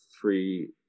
three